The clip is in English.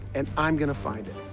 and i'm going to find it.